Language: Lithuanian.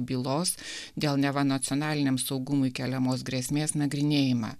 bylos dėl neva nacionaliniam saugumui keliamos grėsmės nagrinėjimą